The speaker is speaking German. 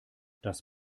das